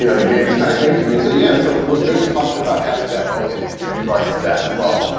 you know the game just kind of came to me. and so, yeah. so when ben was talking about having that moment in junior varsity basketball,